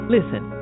Listen